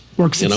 works you know